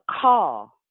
call